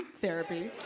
therapy